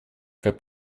как